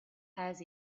has